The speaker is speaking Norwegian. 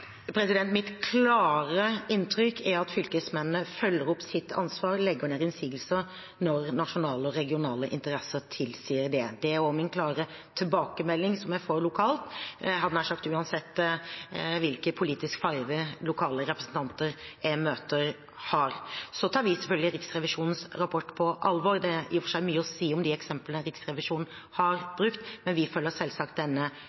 Mitt klare inntrykk er at fylkesmennene følger opp sitt ansvar og legger ned innsigelser når nasjonale og regionale interesser tilsier det. Det er også den klare tilbakemeldingen jeg får lokalt, nær sagt uansett hvilken politisk farge lokale representanter jeg møter, har. Vi tar selvfølgelig Riksrevisjonens rapport på alvor. Det er i og for seg mye å si om de eksemplene Riksrevisjonen